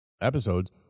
episodes